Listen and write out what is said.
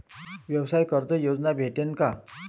व्यवसाय कर्ज योजना भेटेन का?